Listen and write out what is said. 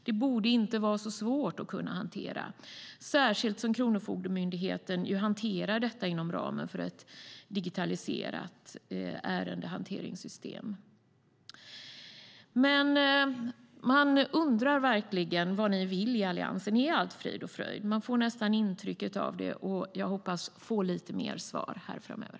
Det borde inte vara så svårt att hantera detta, särskilt som Kronofogdemyndigheten hanterar detta inom ramen för ett digitaliserat ärendehanteringssystem. Man undrar verkligen vad ni i Alliansen vill. Är allt frid och fröjd? Man får nästan intrycket av det. Jag hoppas få lite fler svar framöver.